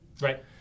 Right